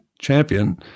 champion